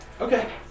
Okay